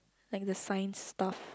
like the science stuff